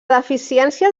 deficiència